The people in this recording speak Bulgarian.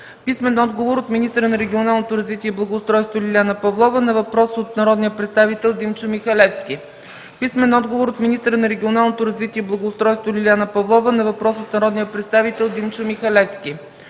Атанасов; - министъра на регионалното развитие и благоустройството Лиляна Павлова на три въпроса от народния представител Димчо Михалевски;